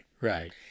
Right